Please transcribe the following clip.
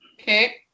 okay